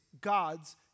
God's